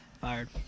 Fired